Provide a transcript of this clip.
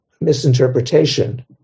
misinterpretation